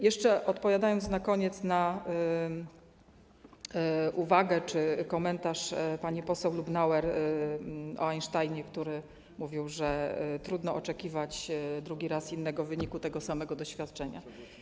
Jeszcze odpowiem na koniec na uwagę czy komentarz pani poseł Lubnauer o Einsteinie, który mówił, że trudno oczekiwać drugi raz innego wyniku tego samego doświadczenia.